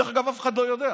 דרך אגב, אף אחד לא יודע.